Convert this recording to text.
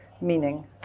meaning